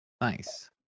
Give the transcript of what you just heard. nice